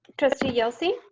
trustee yelsey.